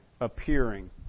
appearing